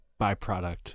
byproduct